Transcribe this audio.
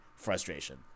frustration